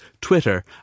Twitter